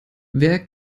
wer